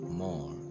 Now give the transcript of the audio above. more